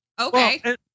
Okay